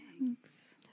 Thanks